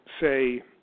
say